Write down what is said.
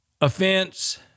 offense